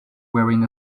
wearing